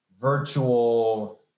virtual